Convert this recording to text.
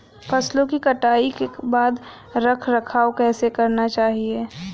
फसलों की कटाई के बाद रख रखाव कैसे करना चाहिये?